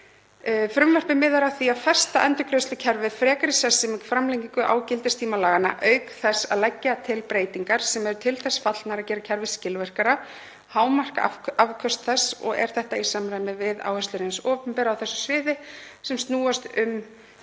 Frumvarpið miðar að því að festa endurgreiðslukerfið frekar í sessi með framlengingu á gildistíma laganna, auk þess að leggja til breytingar sem eru til þess fallnar að gera kerfið skilvirkara og hámarka afköst þess. Er þetta í samræmi við áherslur hins opinbera á þessu sviði sem snúast um